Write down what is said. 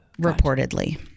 reportedly